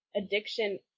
addiction